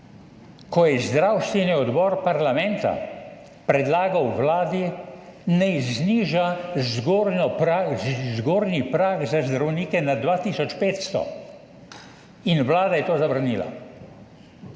ko je zdravstveni odbor parlamenta predlagal vladi, naj zniža zgornji prag za zdravnike na dva tisoč 500, in vlada je to zavrnila.